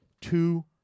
two